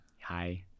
Hi